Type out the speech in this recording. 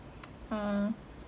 ah